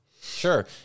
Sure